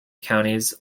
counties